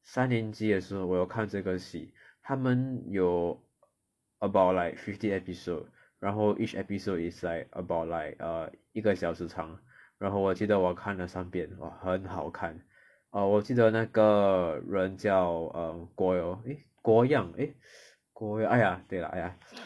我三年级的时候我有看这个戏他们有 about like fifty episode 然后 each episode is like about like err 一个小时长然后我记得我看了三遍哇很好看啊我记得那个人叫 um guo yang eh guo yang !aiya! 对啦 !aiya!